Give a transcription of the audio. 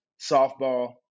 softball